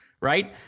Right